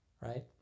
Right